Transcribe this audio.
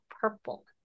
purple